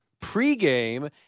pregame